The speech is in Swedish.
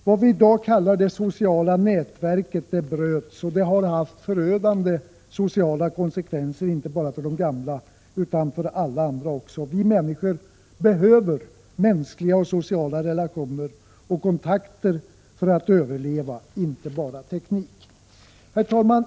Vad vi i dag kallar det sociala nätverket bröts, och det har haft förödande sociala konsekvenser inte bara för de gamla utan också för alla andra. Vi människor behöver mänskliga och sociala relationer och kontakter för att överleva, inte bara teknik. Herr talman!